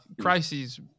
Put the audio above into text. crises